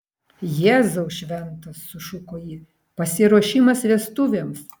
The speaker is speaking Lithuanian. jėzau šventas sušuko ji pasiruošimas vestuvėms